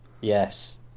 Yes